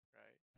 right